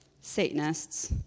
Satanists